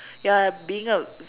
you're a being a